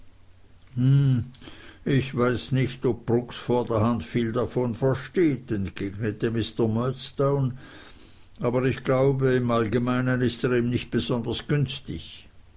ich weiß nicht ob brooks vorderhand viel davon versteht entgegnete mr murdstone aber ich glaube im allgemeinen ist er ihm nicht besonders günstig